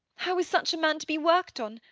how is such a man to be worked on?